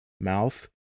mouth